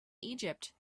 egypt